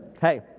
Hey